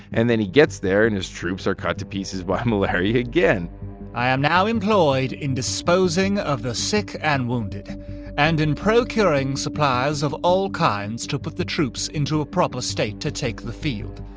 and then he gets there, and his troops are cut to pieces by malaria again i am now employed in disposing of the sick and wounded and in procuring supplies of all kinds to put the troops into a proper state to take the field.